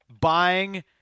buying